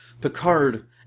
Picard